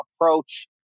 approach